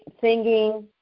singing